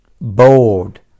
bold